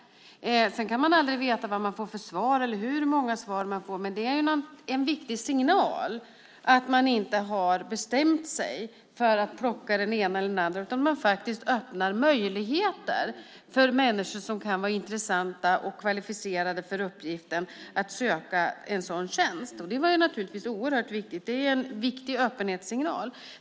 Sedan kan man aldrig veta vad man får för gensvar eller hur många svar man får. Det är ändå en viktig signal om att man inte har bestämt sig för att plocka den ena eller den andra utan öppnar möjligheter för människor som kan vara intressanta eller kvalificerade för uppgiften att söka en sådan tjänst. Det är naturligtvis oerhört viktigt. Det är en viktig öppenhetssignal.